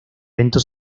evento